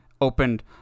opened